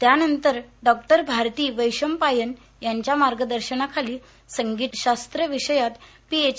त्यानंतर डॉक्टर भारती वैशंपायन यांच्या मार्गदर्शनाखाली संगीतशास्त्र विषयात पीएच